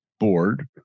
board